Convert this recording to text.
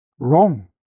wrong